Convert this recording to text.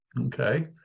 Okay